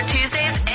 Tuesdays